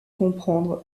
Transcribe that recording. comprendre